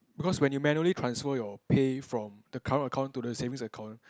because when you manually transfer your pay from the current account to the savings account